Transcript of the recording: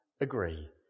agree